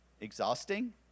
exhausting